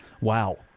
Wow